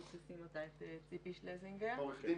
ציפי שלזינגר.